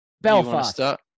Belfast